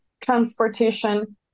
transportation